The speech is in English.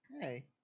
Hey